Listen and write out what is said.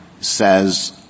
says